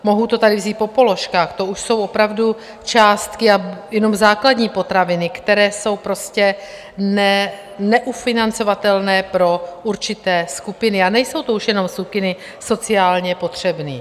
Mohu to tady vzít po položkách, to už jsou opravdu částky a jenom základní potraviny, které jsou neufinancovatelné pro určité skupiny, a nejsou to už jenom skupiny sociálně potřebných.